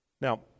Now